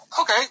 okay